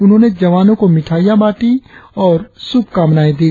उन्होंमने जवानों को मिठाईयाँ बांटी और शुभाकामनाएं दी